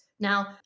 Now